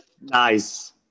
nice